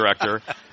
director